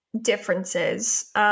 differences